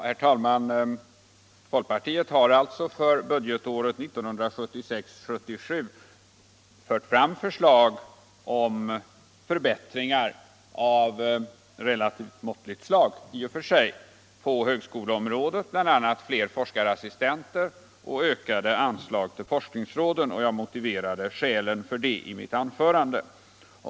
Herr talman! Folkpartiet har för budgetåret 1976/77 föreslagit förbättringar av i och för sig relativt måttligt slag på högskoleområdet, bl.a. utbildning och forskning flera forskningsassistenter och ökat anslag till forskningsråden, och jag motiverade dessa förslag i mitt anförande.